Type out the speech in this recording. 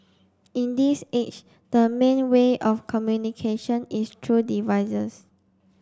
in this age the main way of communication is through devices